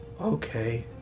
Okay